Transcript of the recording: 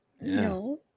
No